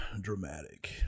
Dramatic